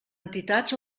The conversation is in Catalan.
entitats